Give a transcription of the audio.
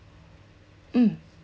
mm